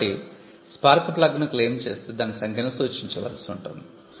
కాబట్టి స్పార్క్ ప్లగ్ను క్లెయిమ్ చేస్తే దాని సంఖ్యను సూచించవలసి ఉంటుంది